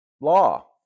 law